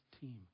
team